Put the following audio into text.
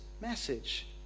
message